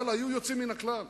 אבל היו יוצאים מן הכלל.